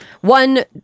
one